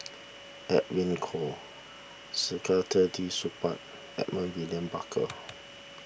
Edwin Koo Saktiandi Supaat Edmund William Barker